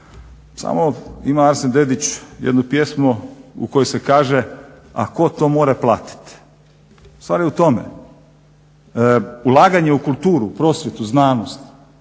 samo ima Arsen Dedić jednu pjesmu u kojoj se kaže a tko to more platit. Stvar je u tome ulaganje u kulturu, prosvjetu, znanost